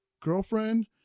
girlfriend